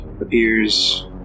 appears